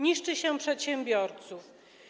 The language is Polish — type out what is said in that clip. Niszczy się przedsiębiorców.